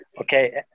okay